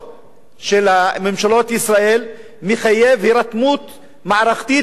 של ממשלות ישראל מחייבים הירתמות מערכתית של ראש